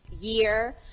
year